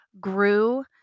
grew